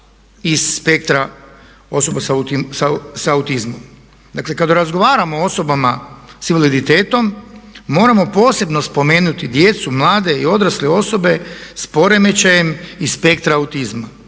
iz spektra osoba sa autizmom. Dakle kada razgovaramo sa osobama sa invaliditetom moramo posebno spomenuti djecu, mlade i odrasle osobe sa poremećajem iz spektra autizma.